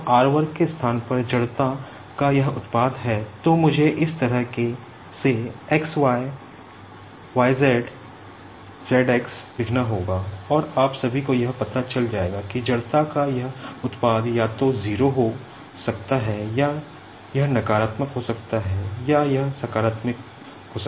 अब r वर्ग के स्थान पर इनरशिया का यह उत्पाद या तो 0 हो सकता है या यह नकारात्मक हो सकता है या यह सकारात्मक हो सकता हैं